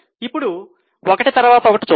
ఇప్పుడు ఒకటి తర్వాత ఒకటి చూద్దాం